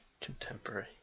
Contemporary